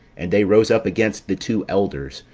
and they rose up against the two elders,